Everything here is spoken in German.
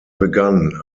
begann